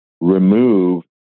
remove